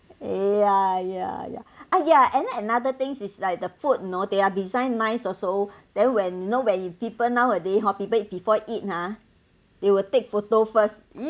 yeah yeah yeah ah yeah and then another thing is like the food you know their designed nice also then when you know when people nowadays hor people before eat hor they will take photo first